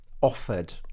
offered